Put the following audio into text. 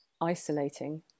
isolating